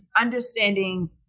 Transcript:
understanding